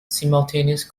simultaneous